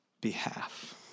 behalf